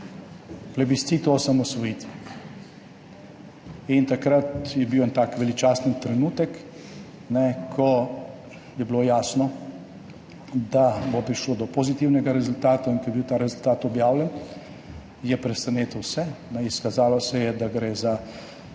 plebiscit o osamosvojitvi. Takrat je bil en tak veličasten trenutek, ko je bilo jasno, da bo prišlo do pozitivnega rezultata. Ko je bil ta rezultat objavljen, je presenetil vse. Izkazalo se je, da gre za,